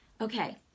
okay